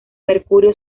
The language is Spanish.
mercurio